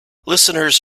listeners